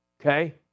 Okay